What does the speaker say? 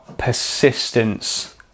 persistence